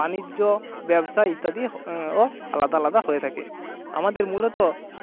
বাণিজ্য ব্যবসা ইত্যাদি হ ও আলাদা আলাদা হয়ে থাকে আমাদের মূলত